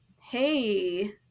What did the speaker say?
hey